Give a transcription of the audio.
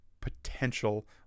potential